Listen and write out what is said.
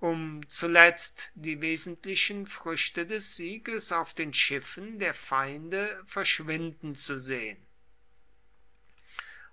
um zuletzt die wesentlichen früchte des sieges auf den schiffen der feinde verschwinden zu sehen